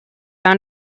out